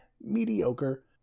mediocre